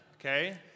Okay